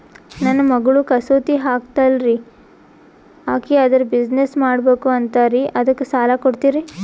ನನ್ನ ಮಗಳು ಕಸೂತಿ ಹಾಕ್ತಾಲ್ರಿ, ಅಕಿ ಅದರ ಬಿಸಿನೆಸ್ ಮಾಡಬಕು ಅಂತರಿ ಅದಕ್ಕ ಸಾಲ ಕೊಡ್ತೀರ್ರಿ?